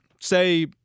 say